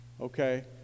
Okay